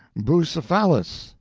bucephalus,